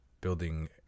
building